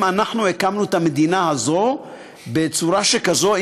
אנחנו הקמנו את המדינה הזאת בצורה שכזאת,